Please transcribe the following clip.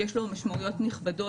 יש לו משמעויות נכבדות,